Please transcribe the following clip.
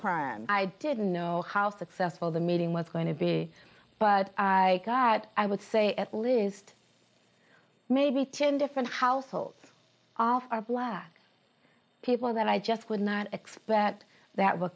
crime i didn't know how successful the meeting was going to be but i got i would say at least maybe ten different households all our black people that i just would not expect that w